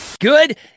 Good